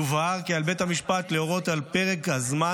יובהר כי על בית המשפט להורות על פרק הזמן